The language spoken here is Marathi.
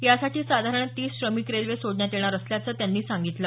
यासाठी साधारण तीस श्रमिक रेल्वे सोडण्यात येणार असल्याचं त्यांनी सांगितलं